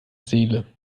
seele